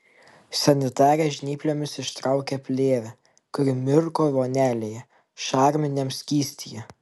sanitarė žnyplėmis ištraukė plėvę kuri mirko vonelėje šarminiam skystyje